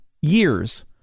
years